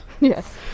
Yes